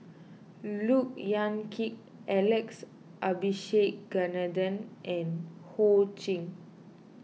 Look Yan Kit Alex Abisheganaden and Ho Ching